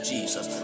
Jesus